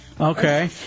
Okay